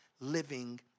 living